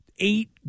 eight